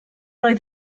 oedd